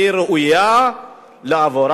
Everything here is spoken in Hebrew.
היא ראויה לעבור.